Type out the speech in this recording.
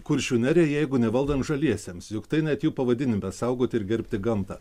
kuršių nerijai jeigu nevaldant žaliesiems juk tai net jų pavadinime saugoti ir gerbti gamtą